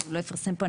אז הוא לא יפרסם פה.